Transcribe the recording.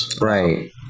Right